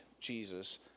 Jesus